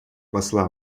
посла